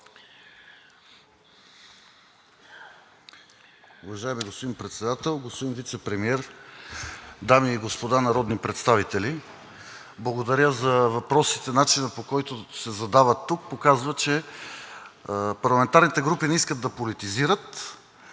Уважаеми господин Председател, господин Вицепремиер, дами и господа народни представители! Благодаря за въпросите. Начинът, по който се задават тук, показва, че парламентарните групи не искат да политизират,